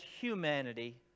humanity